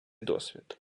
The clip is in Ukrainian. досвід